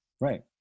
Right